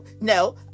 no